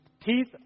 Teeth